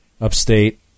Upstate